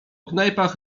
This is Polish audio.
knajpach